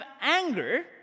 anger